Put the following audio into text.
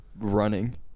running